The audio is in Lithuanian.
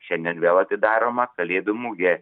šiandien vėl atidaroma kalėdų mugė